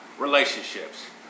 relationships